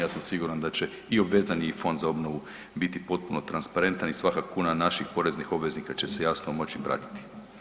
Ja sam siguran da će i obvezani i Fond za obnovu biti potpuno transparentan i svaka kuna naših poreznih obveznika će se jasno moći pratiti.